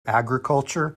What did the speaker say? agriculture